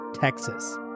Texas